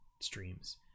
streams